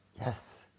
Yes